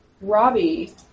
Robbie